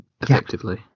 Effectively